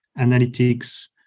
analytics